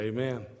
Amen